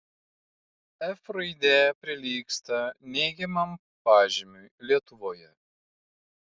f raidė prilygsta neigiamam pažymiui lietuvoje